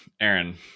Aaron